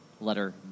letter